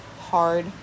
hard